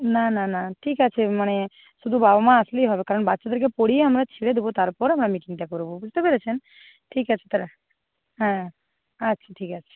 না না না ঠিক আছে মানে শুধু বাবা মা আসলেই হবে কারণ বাচ্চাদেরকে পড়িয়ে আমরা ছেড়ে দেবো তারপর আমরা মিটিংটা করবো বুঝতে পেরেছেন ঠিক আছে তালে হ্যাঁ আচ্ছা ঠিক আছে